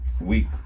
week